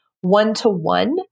one-to-one